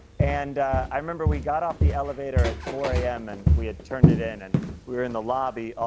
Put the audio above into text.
and i remember we got off the elevator at four zero a m, and we had turned it in, and we were in the lobby. ah